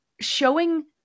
showing